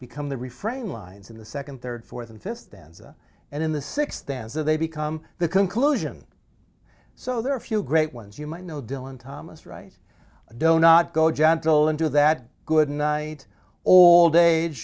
become the refrain lines in the second third fourth and fifth stanza and in the sixth and so they become the conclusion so there are a few great ones you might know dylan thomas right don't not go gentle into that good night all day age